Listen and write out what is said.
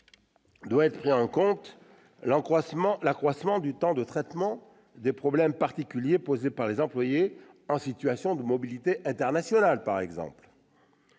exceptionnels. Enfin, l'accroissement du temps de traitement des problèmes particuliers posés par les employés en situation de mobilité internationale doit